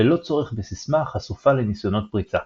ללא צורך בסיסמה, החשופה לניסיונות פריצה.